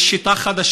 יש גם שיטה חדשה,